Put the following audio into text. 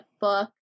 book